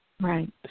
right